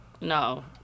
No